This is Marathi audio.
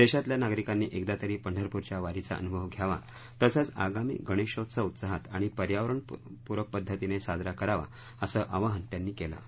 देशातल्या नागरिकांनी एकदा तरी पंढरपूरच्या वारीचा अनुभव घ्यावा तसंच आगामी गणेशोत्सव उत्साहात आणि पर्यावणपूरक पद्धतीने साजरा करावा असं आवाहन त्यांनी केलं आहे